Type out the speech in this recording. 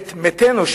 על מתינו,